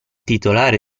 titolare